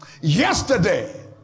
yesterday